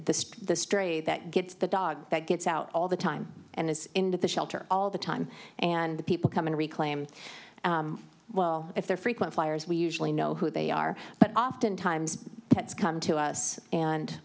the the stray that gets the dog that gets out all the time and is into the shelter all the time and the people come in reclaim well if they're frequent flyers we usually know who they are but oftentimes pets come to us and